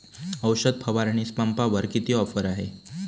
औषध फवारणी पंपावर किती ऑफर आहे?